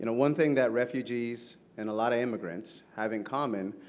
and one thing that refugees and a lot of immigrants have in common,